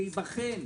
להיבחן.